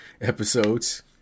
episodes